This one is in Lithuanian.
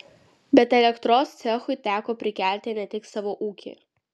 bet elektros cechui teko prikelti ne tik savo ūkį